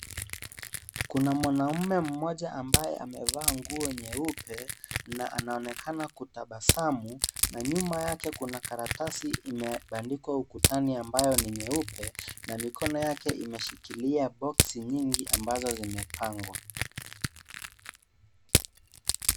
Kuna mwanaume mmoja ambaye amevaa nguo nyeupe na anaonekana kutabasamu na nyuma yake kuna karatasi imeandikwa ukutani ambayo ni nyeupe na mikono yake imeshikilia boksi nyingi ambazo zimepangwa.